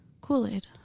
Kool-Aid